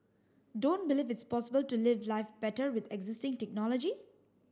don't believe it's possible to live life better with existing technology